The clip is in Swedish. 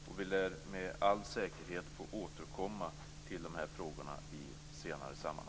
Jag avslutar med att säga att Centerpartiet yrkar bifall till hemställan i betänkandet KU15.